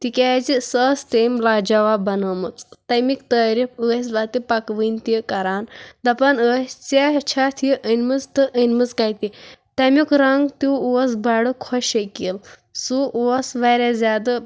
تِکیاز سۄ ٲسۍ تٔمۍ لاجواب بَنٲومٕژ تٔمکۍ تعریف ٲسۍ وَتہِ پکوٕنۍ تہِ کَران دَپان ٲسۍ ژےٚ چھَتھ یہِ أنِمٕژ تہٕ أنِمٕژ کَتہِ تَمیُک رنٛگ تہِ اوس بَڑٕ خۄش شَکیٖل سُہ اوس واریاہ زیادٕ